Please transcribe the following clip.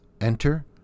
Enter